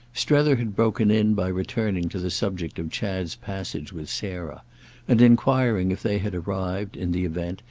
strether had broken in by returning to the subject of chad's passage with sarah and enquiring if they had arrived, in the event,